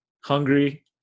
hungry